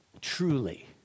truly